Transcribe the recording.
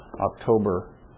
October